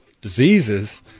diseases